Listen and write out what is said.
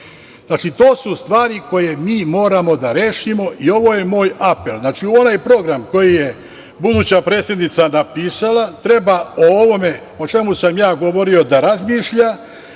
to su stvari koje mi moramo da rešimo i ovo je moj apel. Znači, onaj program koji je buduća predsednica napisala, treba o ovome o čemu sam govorio da razmišlja,